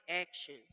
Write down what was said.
action